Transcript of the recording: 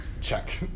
Check